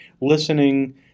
listening